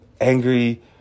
angry